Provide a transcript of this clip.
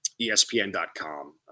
ESPN.com